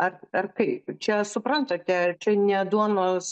ar ar kaip čia suprantate čia ne duonos